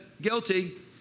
Guilty